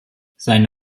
seine